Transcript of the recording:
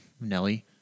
Nelly